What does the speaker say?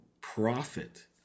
profit